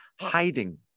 hiding